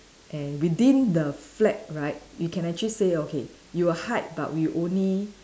and within the flat right you can actually say okay you will hide but we only